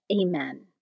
Amen